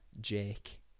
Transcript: Jake